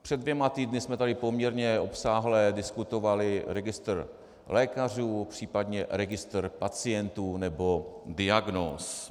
Před dvěma týdny jsme tady poměrně obsáhle diskutovali registr lékařů, případně registr pacientů nebo diagnóz.